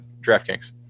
DraftKings